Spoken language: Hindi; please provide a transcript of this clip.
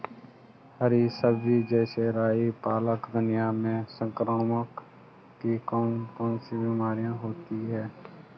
हरी सब्जी जैसे राई पालक धनिया में संक्रमण की कौन कौन सी बीमारियां होती हैं?